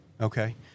Okay